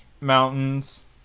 mountains